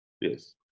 Yes